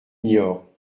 niort